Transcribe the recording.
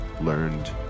learned